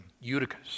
Eutychus